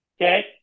Okay